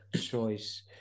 choice